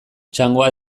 txangoa